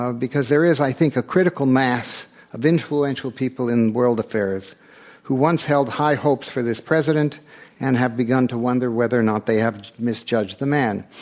because there is, i think, a critical mass of influential people in world affairs who once held high hopes for this president and have begun to wonder whether or not they have misjudged the man.